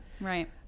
Right